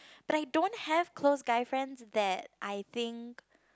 but I don't have close guy friends that I think